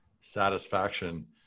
satisfaction